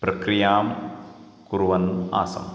प्रक्रियां कुर्वन् आसम्